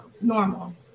normal